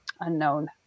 unknown